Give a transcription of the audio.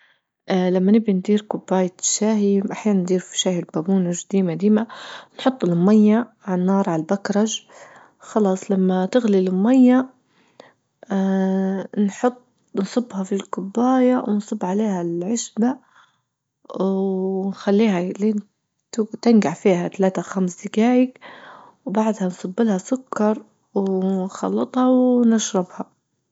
اه لما نبي ندير كوباية شاي أحيانا نضيف شاي البابونج ديما-ديما نحط المية عالنار عالبكرج خلاص لما تغلي المية نحط نصبها في الكوباية ونصب عليها العشبة ونخليها لين تنجع فيها تلاتة خمس دجايج وبعدها نصب لها سكر ونخلطها ونشربها.